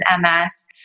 MS